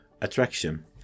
attraction